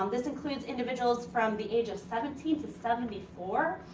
um this includes individuals from the age of seventeen to seventy four.